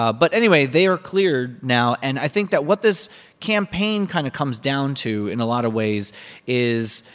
ah but anyway, they are cleared now. and i think that what this campaign kind of comes down to in a lot of ways is,